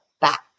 back